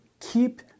keep